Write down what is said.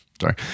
sorry